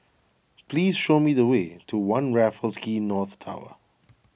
please show me the way to one Raffles Quay North Tower